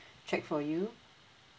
check for you